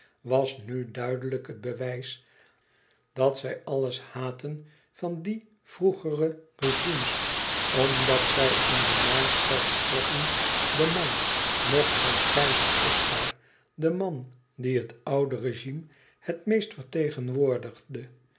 was nu duidelijk het bewijs dat zij alles haatten van die vroegere régimes omdat zij in den maarschalk troffen den man nog van keizer oscar den man die het oude régime het meest vertegenwoordigde